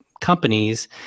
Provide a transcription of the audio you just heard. companies